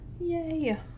yay